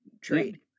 trade